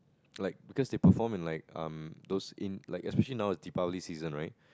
like because they perform in like um those in like especially now is Deepavali season right